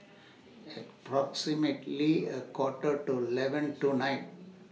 approximately A Quarter to eleven tonight